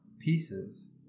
pieces